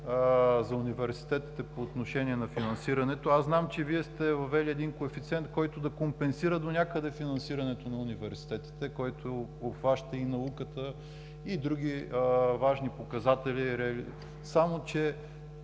за университетите по отношение на финансирането. Аз знам, че Вие сте въвели един коефициент, който да компенсира донякъде финансирането на университетите, който обхваща и науката, и други важни показатели, само че